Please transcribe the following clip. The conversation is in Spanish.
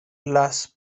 las